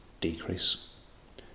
decrease